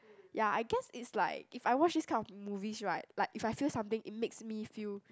ya I guess it's like if I watch this kind of movies right like if I feel something it makes me feel